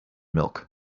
milk